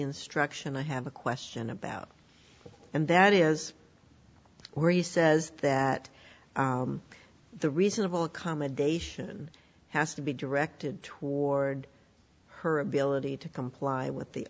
instruction i have a question about and that is or he says that the reasonable accommodation has to be directed toward her ability to comply with the